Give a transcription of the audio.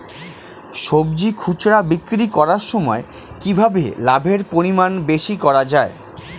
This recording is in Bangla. সবজি খুচরা বিক্রি করার সময় কিভাবে লাভের পরিমাণ বেশি করা যায়?